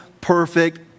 perfect